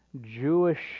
Jewish